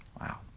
Wow